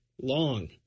Long